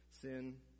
sin